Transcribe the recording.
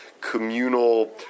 communal